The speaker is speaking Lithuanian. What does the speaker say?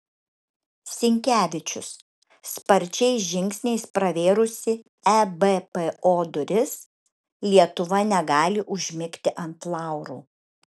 sinkevičius sparčiais žingsniais pravėrusi ebpo duris lietuva negali užmigti ant laurų